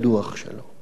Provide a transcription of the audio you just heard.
בבת-אחת